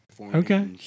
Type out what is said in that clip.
Okay